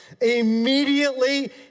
Immediately